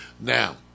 Now